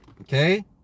okay